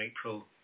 April